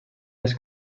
les